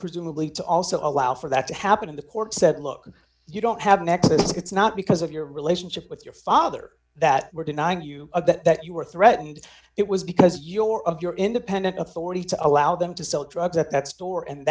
presumably to also allow for that to happen in the court said look you don't have an x it's not because of your relationship with your father that we're denying you that you were threatened it was because your of your independent authority to allow them to sell drugs at that store and